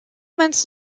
months